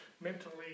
mentally